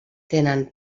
tenen